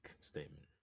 statement